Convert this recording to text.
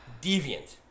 Deviant